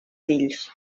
fills